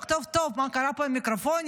טוב-טוב מה קרה פה עם המיקרופונים.